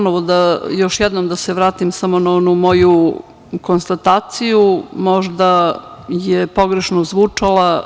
Moram još jednom da se vratim na onu moju konstataciju, možda je pogrešno zvučala.